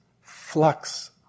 flux